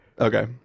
Okay